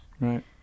right